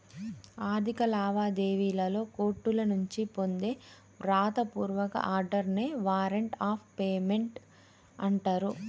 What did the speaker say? ఆర్థిక లావాదేవీలలో కోర్టుల నుంచి పొందే వ్రాత పూర్వక ఆర్డర్ నే వారెంట్ ఆఫ్ పేమెంట్ అంటరు